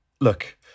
look